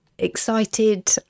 excited